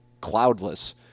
cloudless